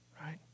right